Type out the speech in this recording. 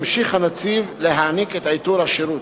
ימשיך הנציב להעניק את עיטור השירות.